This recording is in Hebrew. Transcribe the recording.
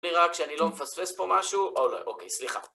רק שאני לא מפספס פה משהו, או לא, אוקיי, סליחה.